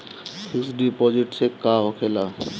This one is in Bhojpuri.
फिक्स डिपाँजिट से का होखे ला?